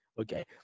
Okay